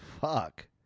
Fuck